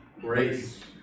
Grace